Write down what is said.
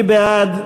מי בעד?